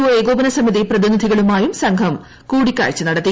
O ഏകോപന സമിതി പ്രതിനിധികളുമായും സംഘം കൂടിക്കാഴ്ച നടത്തി